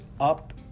up